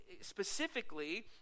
Specifically